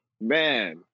man